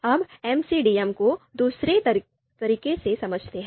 अब एमसीडीएम को दूसरे तरीके से समझते हैं